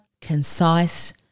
concise